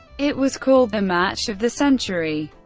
it was called the match of the century,